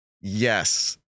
Yes